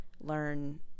learn